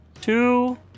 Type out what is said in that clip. two